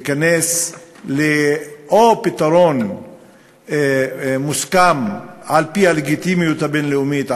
להיכנס לפתרון מוסכם על-פי הלגיטימיות הבין-לאומית,